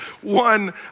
One